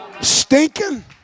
Stinking